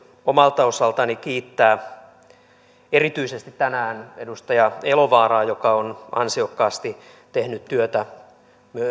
omalta osaltani kiittää tänään erityisesti edustaja elovaaraa joka on ansiokkaasti tehnyt työtä